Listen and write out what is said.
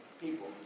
people